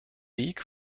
weg